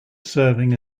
serving